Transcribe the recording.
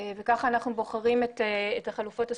וכך אנחנו בוחרים את החלופות הסופיות.